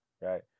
right